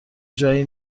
جایی